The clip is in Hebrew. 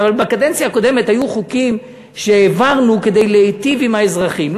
אבל בקדנציה הקודמת היו חוקים שהעברנו כדי להיטיב עם האזרחים.